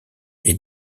est